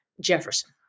Jefferson